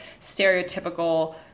stereotypical